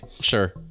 Sure